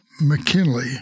McKinley